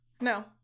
No